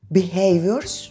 behaviors